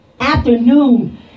afternoon